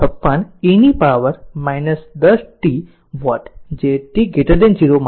56 e power 10 t watt જે t 0 માટે છે